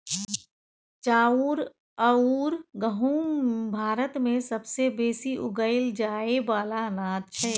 चाउर अउर गहुँम भारत मे सबसे बेसी उगाएल जाए वाला अनाज छै